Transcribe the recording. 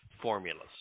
formulas